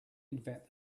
invent